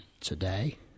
today